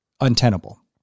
untenable